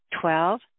Twelve